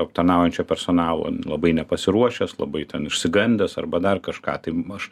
aptarnaujančio personalo labai nepasiruošęs labai ten išsigandęs arba dar kažką tai aš